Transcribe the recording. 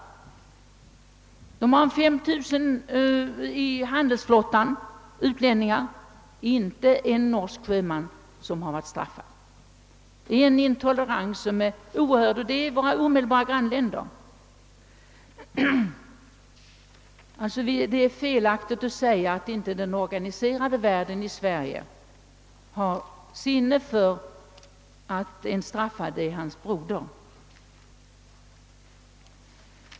I den norska handelsflottan tas det emot 5 000 utlänningar, men inte en enda norsk sjöman som varit straffad. Det är en intolerans som är oerhörd och detta i ett av våra grannländer. Det är alltså felaktigt att säga att inte den organiserade världen i Sverige har sinne för att en straffad är hans broder.